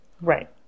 Right